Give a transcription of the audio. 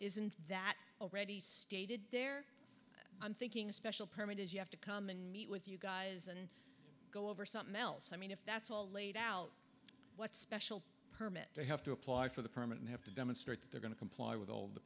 isn't that already stated there i'm thinking a special permit is you have to come and meet with you guys and go over something else i mean if that's all laid out what's special permit they have to apply for the permit and have to demonstrate that they're going to comply with all the